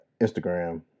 Instagram